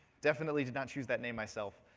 definitely did not choose that name myself.